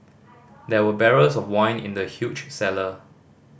there were barrels of wine in the huge cellar